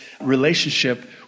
relationship